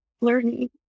learning